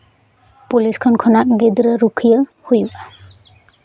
police ᱠᱷᱚᱱ ᱠᱷᱚᱱᱟᱜ ᱜᱤᱫᱽᱨᱟᱹ ᱨᱩᱠᱷᱭᱟᱹ ᱦᱩᱭᱩᱜᱼᱟ